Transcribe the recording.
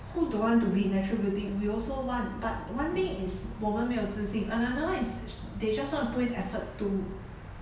who don't want to be natural beauty we also want but one thing is 我们没有自信 another one is they just want to put in effort to